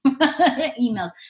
emails